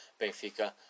Benfica